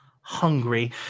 hungry